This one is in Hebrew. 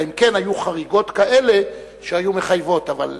אלא אם כן היו חריגות כאלה שהיו מחייבות, אבל